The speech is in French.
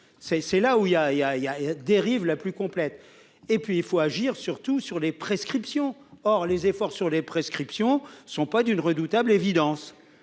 a, il y a, il y a dérive la plus complète et puis il faut agir, surtout sur les prescriptions hors les efforts sur les prescriptions sont pas d'une redoutable évidence